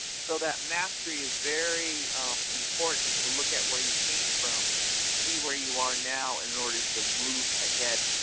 so, that mastery is very important to look at where you came from to see where you are now in order to move ahead.